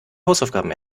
hausaufgaben